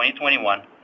2021